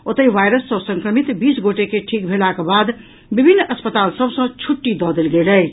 ओतहि वायरस सँ संक्रमित बीस गोटे के ठीक भेलाक बाद विभिन्न अस्पताल सभ सँ छुट्टी दऽ देल गेल अछि